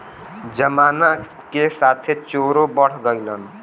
जमाना के साथे चोरो बढ़ गइलन